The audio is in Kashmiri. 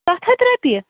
سَتھ ہَتھ رۄپیہِ